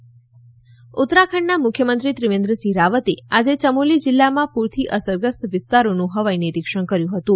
ઉત્તરાખંડ ઉત્તરાખંડના મુખ્યમંત્રી ત્રિવેન્દ્રસિંહ રાવતે આજે ચમોલી જિલ્લામાં પૂરથી અસરગ્રસ્ત વિસ્તારોનું હવાઇ નિરીક્ષણ કર્યું હતું